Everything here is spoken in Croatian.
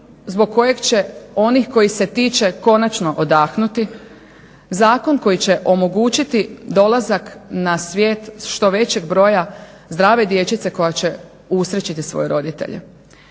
zbog kojeg će onih koji se tiče konačno odahnuti, zakon koji će omogućiti dolazak na svije što većeg broja zdrave dječice koja će usrećiti svoje roditelje.